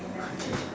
okay